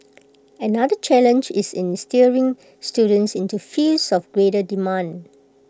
another challenge is in steering students into fields of greater demand